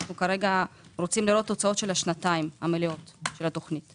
כרגע אנחנו רוצים לראות תוצאות של השנתיים המלאות של התוכנית.